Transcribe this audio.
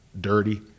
dirty